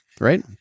Right